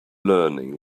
learning